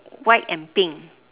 white and pink